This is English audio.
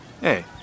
Hey